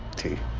to